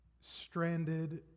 stranded